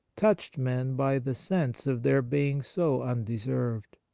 touched men by the sense of their being so undeserved.